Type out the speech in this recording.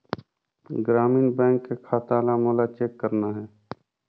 ग्रामीण बैंक के खाता ला मोला चेक करना हे?